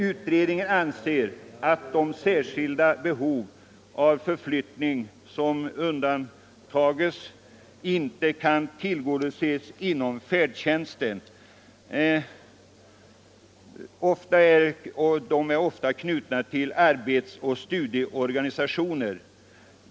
Utredningen anser att de särskilda behov av förflyttning som undantagsvis inte kan tillgodoses inom färdtjänstens ram ofta är knutna till arbetsoch studiesituationer.